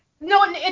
No